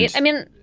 yeah i mean.